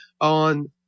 on